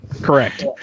Correct